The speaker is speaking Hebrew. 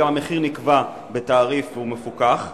וגם המחיר נקבע בתעריף והוא מפוקח.